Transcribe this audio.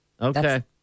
Okay